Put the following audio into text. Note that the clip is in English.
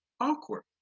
awkward